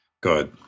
Good